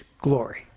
glory